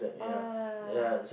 ah